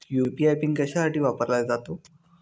UPI PIN कशासाठी वापरला जातो?